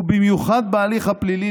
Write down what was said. ובמיוחד בהליך הפלילי,